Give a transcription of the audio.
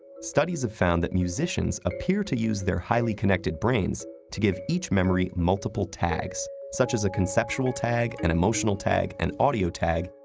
studies have found that musicians appear to use their highly connected brains to give each memory multiple tags, such as a conceptual tag, an emotional tag, an audio tag,